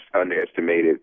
underestimated